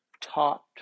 taught